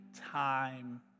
time